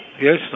Yes